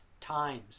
times